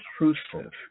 intrusive